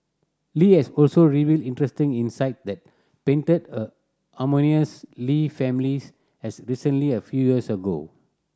Li has also revealed interesting insight that painted a harmonious Lee families as recently a few years ago